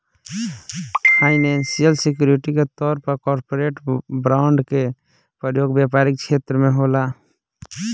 financial security के तौर पर कॉरपोरेट बॉन्ड के प्रयोग व्यापारिक छेत्र में होला